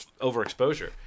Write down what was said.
overexposure